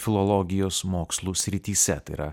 filologijos mokslų srityse tai yra